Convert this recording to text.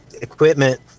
equipment